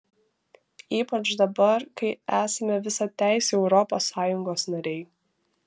ypač dabar kai esame visateisiai europos sąjungos nariai